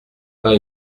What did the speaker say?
pas